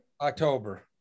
October